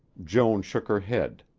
joan shook her head.